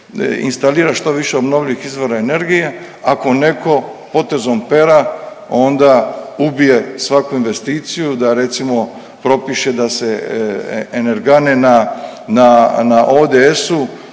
instalira što više obnovljivih izvora energije ako neko potezom pera onda ubije svaku investiciju da recimo propiše da se energane na,